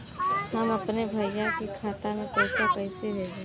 हम अपने भईया के खाता में पैसा कईसे भेजी?